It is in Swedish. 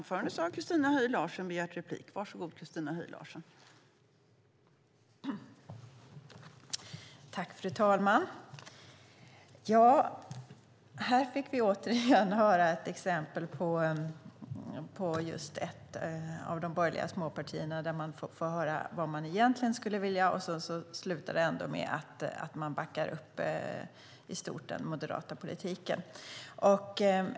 Fru talman! Här fick vi återigen höra ett exempel på ett av de borgerliga småpartierna som säger vad man egentligen skulle vilja göra, och så slutar det ändå med att man i stort backar upp den moderata politiken.